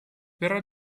verrà